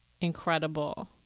incredible